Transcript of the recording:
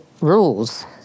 rules